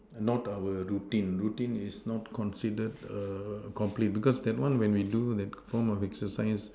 not our routine routine is not considered err complete because that one when we do that form of exercise